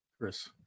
chris